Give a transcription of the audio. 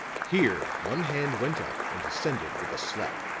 here one hand went up and descended with a slap.